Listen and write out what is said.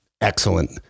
Excellent